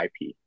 IP